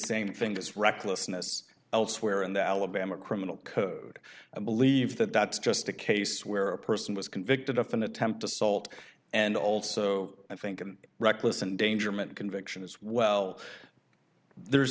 same thing as recklessness elsewhere in the alabama criminal code i believe that that's just a case where a person was convicted of an attempt assault and also i think and reckless endangerment conviction as well there